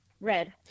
Red